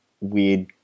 weird